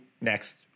next